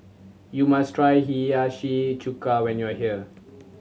you must try Hiyashi Chuka when you are here